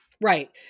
right